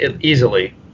easily